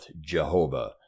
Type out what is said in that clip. Jehovah